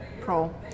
pro